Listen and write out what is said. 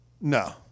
No